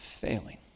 failing